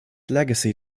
legacy